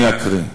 אקריא.